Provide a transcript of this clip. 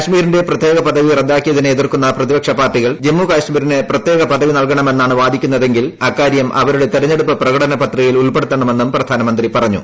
കശ്മീരിന്റെ പ്രത്യേക പദവി റദ്ദാക്കിയതിനെ എതിർക്കുന്ന് പ്രതിപക്ഷ ് പാർട്ടികൾ ജമ്മുകാശ്മീരിന് പ്രത്യേക പദവി ന്റൽക്കണ്മെന്നാണ് വാദിക്കുന്നതെങ്കിൽ അക്കാര്യം അവരുടെ ത്രെർഞ്ഞെടുപ്പ് പ്രകടന പത്രികയിൽ ഉൾപ്പെടുത്തണമെന്നും പ്രധാനമൂന്ത്രി പറഞ്ഞു